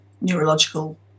neurological